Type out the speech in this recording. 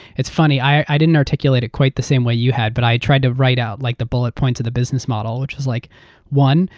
it's funny, i didn't articulate it quite the same way you had, but i tried to write out like the bullet points of the business model, which is like one,